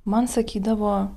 man sakydavo